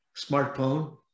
smartphone